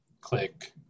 Click